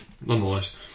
nonetheless